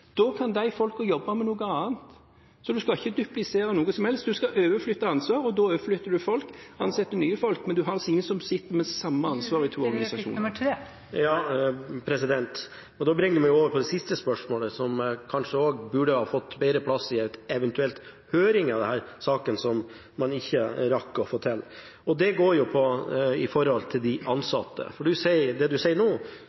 Da kan de folkene jobbe med noe annet. Man skal ikke duplisere noe som helst, man skal overflytte ansvar, og da overflytter man folk og ansetter nye folk. Men man har altså ingen som sitter med samme ansvar i de to organisasjonene. Det bringer meg over på det siste spørsmålet, som kanskje også burde fått bedre plass i en eventuell høring av denne saken, som man ikke rakk å få til. Det går på de ansatte. Det statsråden sier nå,